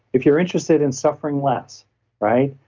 if you're interested in suffering less right?